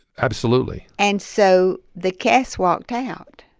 absolutely and so the cast walked ah out.